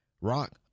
Rock